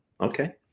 Okay